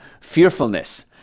fearfulness